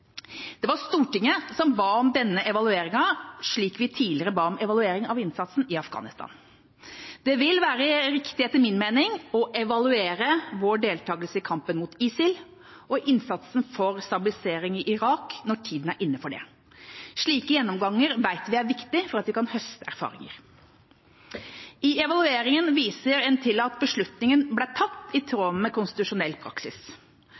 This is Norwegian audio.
Det var Stortinget som ba om denne evalueringen, slik vi tidligere ba om evaluering av innsatsen i Afghanistan. Det vil etter min mening være riktig å evaluere vår deltakelse i kampen mot ISIL og innsatsen for stabilisering i Irak når tida er inne for det. Slike gjennomganger vet vi er viktig for at vi kan høste erfaringer. I evalueringen viser en til at beslutningen ble tatt i tråd med konstitusjonell praksis.